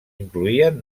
incloïen